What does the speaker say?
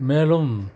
மேலும்